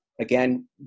again